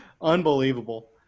unbelievable